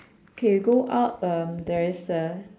okay go up um there is the